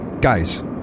guys